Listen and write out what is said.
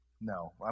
No